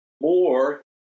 more